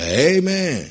Amen